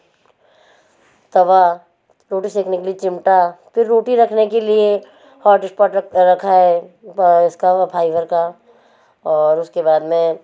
तवा रोटी सेकने के लिए चिमटा फिर रोटी रखने के लिए हॉटश्पॉट रखा है इसका वो फाइवर का और उसके बाद में